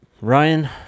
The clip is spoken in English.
Ryan